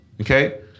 Okay